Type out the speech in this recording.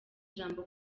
ijambo